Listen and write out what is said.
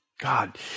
God